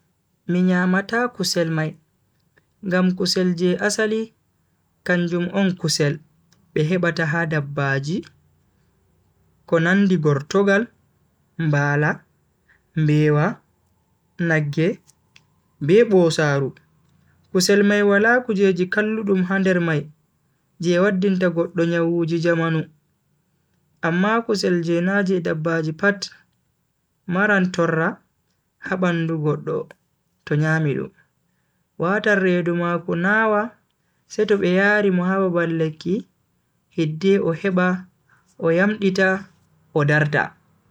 Mi nyamata kusel mai, ngam kusel je asali kanjum on kusel be hebata ha dabbji ko nandi gertogal, mbala, mbewa, nagge be bosaaru. kusel mai wala kujeji kalludum ha nder mai je waddinta goddo nyawuji jamanu. amma kusel je na je dabbaji pat maran torra ha bandu goddo to nyami dum, watan redu mako nawa seto be yari mo ha babal lekki hidde o heba o yamdita o darta.